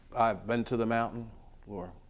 i've been to the mountain or